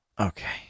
Okay